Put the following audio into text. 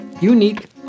unique